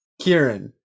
Kieran